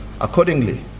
Accordingly